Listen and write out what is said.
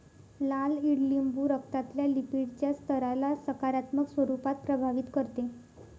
लाल ईडलिंबू रक्तातल्या लिपीडच्या स्तराला सकारात्मक स्वरूपात प्रभावित करते